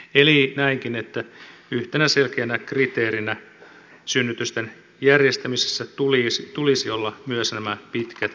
eli näenkin että yhtenä selkeänä kriteerinä synnytysten järjestämisessä tulisi olla myös nämä pitkät etäisyydet